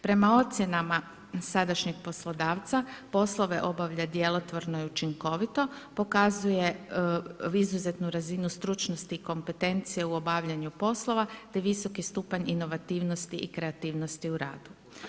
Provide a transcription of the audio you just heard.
Prema ocjenama sadašnjeg poslodavca, poslove obavlja djelotvorno i učinkovito, pokazuje izuzetnu razinu stručnosti i kompetencije u obavljanju poslova te visoki stupanj inovativnosti i kreativnosti u radu.